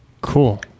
cool